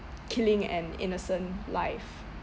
killing an innocent life